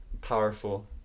powerful